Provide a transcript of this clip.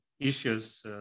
Issues